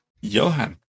Johan